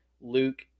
Luke